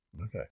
okay